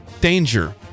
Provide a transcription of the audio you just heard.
danger